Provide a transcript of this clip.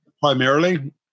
primarily